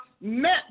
met